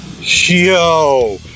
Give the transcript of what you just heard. Yo